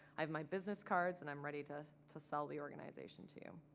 i have my business cards and i'm ready to to sell the organization to